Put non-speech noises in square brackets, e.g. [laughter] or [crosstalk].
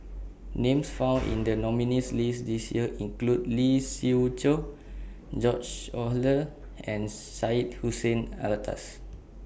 Names [noise] found in The nominees' list This Year include Lee Siew Choh George Oehlers and Syed Hussein Alatas